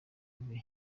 yves